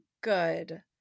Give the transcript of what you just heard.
good